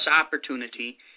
opportunity